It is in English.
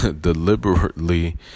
deliberately